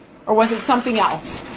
or was it something else?